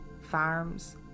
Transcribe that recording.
farms